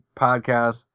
podcast